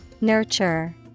Nurture